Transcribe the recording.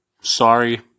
Sorry